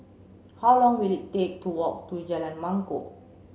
how long will it take to walk to Jalan Mangkok